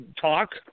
talk